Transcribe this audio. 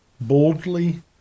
boldly